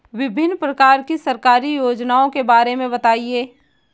विभिन्न प्रकार की सरकारी योजनाओं के बारे में बताइए?